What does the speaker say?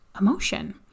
emotion